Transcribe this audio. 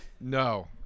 no